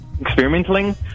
Experimenting